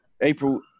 April